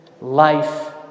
life